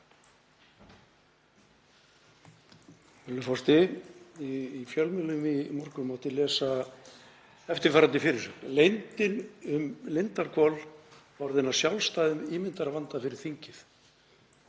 forseti. Í fjölmiðlum í morgun mátti lesa eftirfarandi fyrirsögn: „Leyndin um Lindarhvol orðin að sjálfstæðum ímyndarvanda fyrir þingið“.